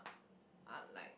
are like